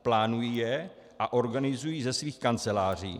Plánují je a organizují ze svých kanceláří.